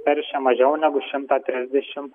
teršia mažiau negu šimtą trisdešim